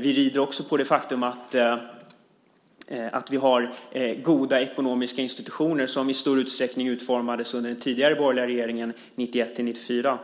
Vi rider också på det faktum att vi har goda ekonomiska institutioner som i stor utsträckning utformades under den tidigare borgerliga regeringen 1991-1994.